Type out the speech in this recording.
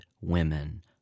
women